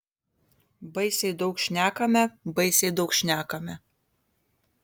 baisiai daug šnekame baisiai daug šnekame